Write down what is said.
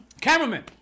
Cameraman